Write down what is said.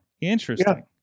Interesting